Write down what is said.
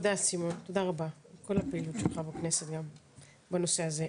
תודה רבה סימון על כל הפעילות שלך בכנסת בנושא הזה.